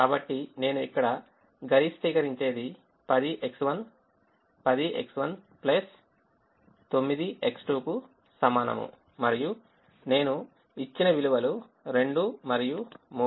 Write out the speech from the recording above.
కాబట్టి నేను ఇక్కడ గరిష్టీకరించేది 10X1 కు సమానం మరియు నేను ఇచ్చిన విలువలు 2 మరియు 3